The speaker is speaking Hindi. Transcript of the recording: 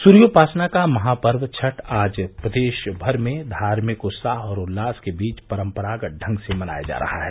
सूर्योपासना का महापर्व छठ आज प्रदेश भर में धार्मिक उत्साह और उल्लास के बीच परम्परागत ढंग से मनाया जा रहा है